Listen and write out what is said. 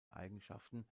eigenschaften